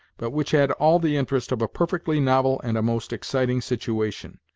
but which had all the interest of a perfectly novel and a most exciting situation.